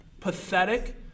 Pathetic